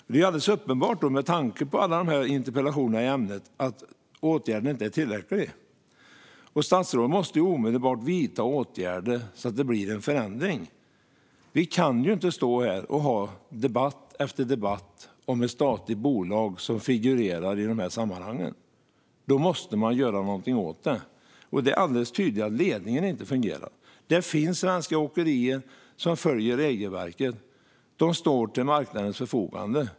Det är alldeles uppenbart, med tanke på alla de här interpellationerna, att åtgärderna inte är tillräckliga. Statsrådet måste omedelbart vidta åtgärder, så att det blir en förändring. Vi kan ju inte stå här och ha debatt efter debatt om ett statligt bolag som figurerar i de här sammanhangen. Man måste göra någonting åt det. Det är alldeles tydligt att ledningen inte fungerar. Det finns svenska åkerier som följer regelverket och står till marknadens förfogande.